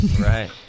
Right